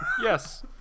yes